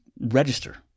register